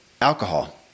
alcohol